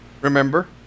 Remember